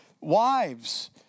wives